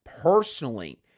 personally